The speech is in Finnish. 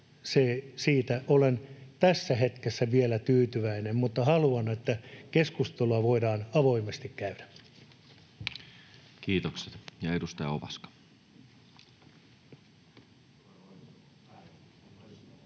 olen tässä hetkessä vielä tyytyväinen, mutta haluan, että keskustelua voidaan avoimesti käydä. Kiitokset. — Edustaja Ovaska.